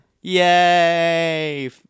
Yay